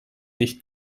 nicht